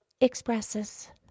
expresses